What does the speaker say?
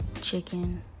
Chicken